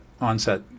onset